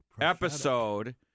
episode